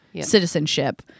citizenship